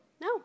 No